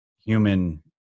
human